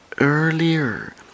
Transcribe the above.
earlier